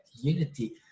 unity